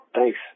Thanks